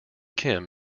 kim